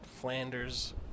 Flanders